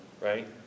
right